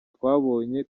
twabonye